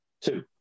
Two